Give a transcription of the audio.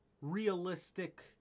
realistic